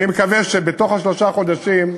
אני מקווה שבתוך שלושת החודשים,